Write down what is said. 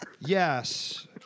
yes